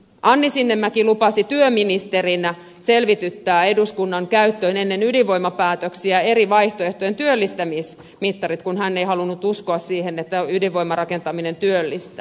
anni sinnemäki lupasi työministerinä selvityttää eduskunnan käyttöön ennen ydinvoimapäätöksiä eri vaihtoehtojen työllistämismittarit kun hän ei halunnut uskoa siihen että ydinvoimarakentaminen työllistää